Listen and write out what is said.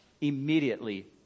immediately